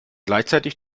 gleichzeitig